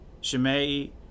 Shimei